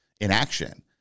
inaction